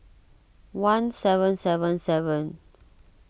one seven seven seven